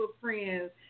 friends